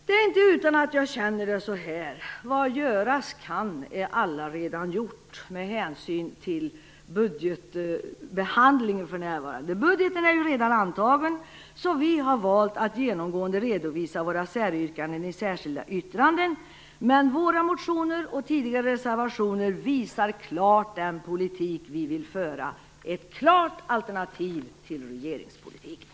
Det är inte utan att jag känner det så här: Vad göras kan är allaredan gjort - med hänsyn till budgetbehandlingen för närvarande. Budgeten är ju redan antagen, så vi har valt att genomgående redovisa våra säryrkanden i särskilda yttranden. Men våra motioner och tidigare reservationer visar klart den politik vi vill föra - ett klart alternativ till regeringspolitiken!